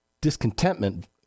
discontentment